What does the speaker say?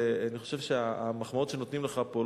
אני חושב שהמחמאות שנותנים לך פה,